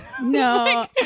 No